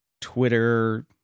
Twitter